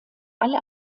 alle